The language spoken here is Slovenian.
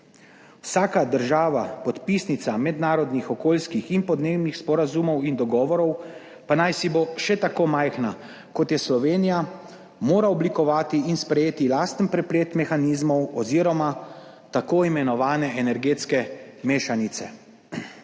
Vsaka država podpisnica mednarodnih okoljskih in podnebnih sporazumov in dogovorov, pa naj si bo še tako majhna kot je Slovenija, mora oblikovati in sprejeti lasten preplet mehanizmov oziroma tako imenovane energetske mešanice.